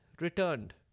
returned